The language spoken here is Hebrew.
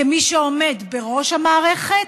כמי שעומד בראש המערכת